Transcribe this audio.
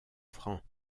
francs